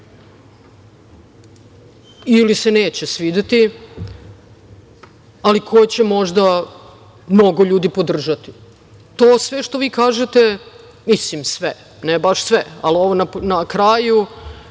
ili se neće svideti, ali koje će možda mnogo ljudi podržati. To sve što vi kažete, mislim sve, ne baš sve, ali ovo na kraju